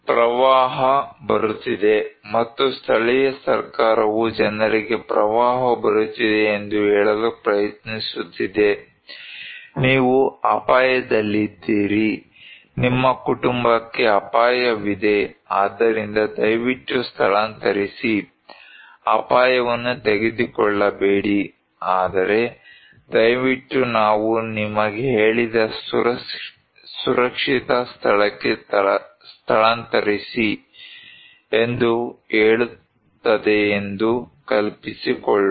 ಪ್ರವಾಹ ಬರುತ್ತಿದೆ ಮತ್ತು ಸ್ಥಳೀಯ ಸರ್ಕಾರವು ಜನರಿಗೆ ಪ್ರವಾಹ ಬರುತ್ತಿದೆ ಎಂದು ಹೇಳಲು ಪ್ರಯತ್ನಿಸುತ್ತಿದೆ ನೀವು ಅಪಾಯದಲ್ಲಿದ್ದೀರಿ ನಿಮ್ಮ ಕುಟುಂಬಕ್ಕೆ ಅಪಾಯವಿದೆ ಆದ್ದರಿಂದ ದಯವಿಟ್ಟು ಸ್ಥಳಾಂತರಿಸಿ ಅಪಾಯವನ್ನು ತೆಗೆದುಕೊಳ್ಳಬೇಡಿ ಆದರೆ ದಯವಿಟ್ಟು ನಾವು ನಿಮಗೆ ಹೇಳಿದ ಸುರಕ್ಷಿತ ಸ್ಥಳಕ್ಕೆ ಸ್ಥಳಾಂತರಿಸಿ ಎಂದು ಹೇಳುತ್ತದೆಂದು ಕಲ್ಪಿಸಿಕೊಳ್ಳೋಣ